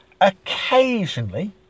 Occasionally